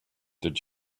did